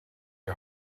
die